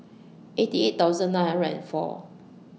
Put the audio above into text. eighty eight thousand nine hundred and four